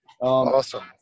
Awesome